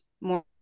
more